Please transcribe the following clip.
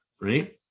right